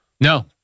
No